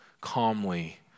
calmly